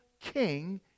king